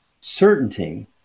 certainty